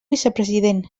vicepresident